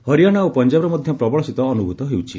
ହରିଆଣା ଓ ପଞ୍ଜାବରେ ମଧ୍ୟ ପ୍ରବଳ ଶୀତ ଅନୁଭ୍ରତ ହେଉଛି